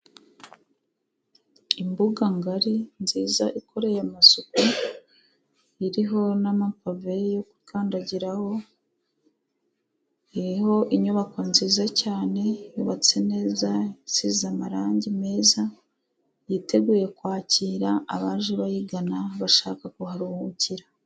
Imbuga ngari nziza ikoreye amasuku iriho n'amapave yo gukandagiraho, iriho inyubako nziza cyane yubatse neza isize amarangi meza yiteguye kwakira abaje bayigana bashaka kuharuhukira.